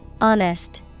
Honest